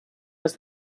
was